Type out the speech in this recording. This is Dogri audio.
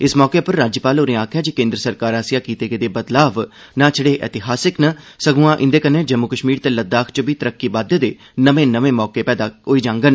इस मौके उप्पर राज्यपाल होरें आक्खेआ जे केन्द्र सरकार आस्सेआ कीते गेदे बदलाव ना छड़े इतेहासिक न संगुआ एह्दे कन्नै जम्मू कश्मीर ते लद्दाख च बी तरक्की बाद्दे दे नमें नमें मौके पैदा होई जांडन